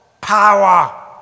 Power